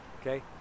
okay